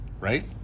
right